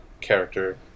character